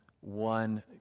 one